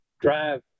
drive